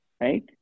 Right